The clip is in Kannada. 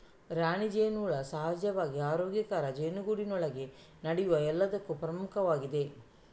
ರಾಣಿ ಜೇನುಹುಳ ಸಹಜವಾಗಿ ಆರೋಗ್ಯಕರ ಜೇನುಗೂಡಿನೊಳಗೆ ನಡೆಯುವ ಎಲ್ಲದಕ್ಕೂ ಪ್ರಮುಖವಾಗಿದೆ